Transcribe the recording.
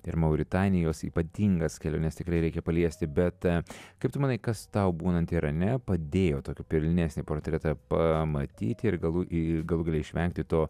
ir mauritanijos ypatingas keliones tikrai reikia paliesti bet kaip tu manai kas tau būnant irane padėjo tokį pilnesnį portretą pamatyti ir galų ir galų gale išvengti to